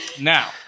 Now